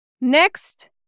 Next